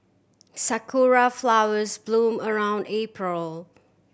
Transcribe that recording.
sakura flowers bloom around April